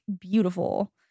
beautiful